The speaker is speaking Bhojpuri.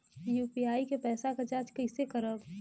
यू.पी.आई के पैसा क जांच कइसे करब?